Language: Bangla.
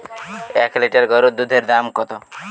এক লিটার গোরুর দুধের দাম কত?